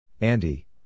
Andy